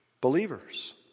believers